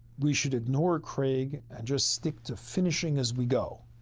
we should ignore craig and just stick to finishing as we go.